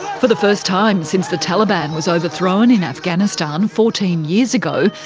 for the first time since the taliban was overthrown in afghanistan fourteen years ago,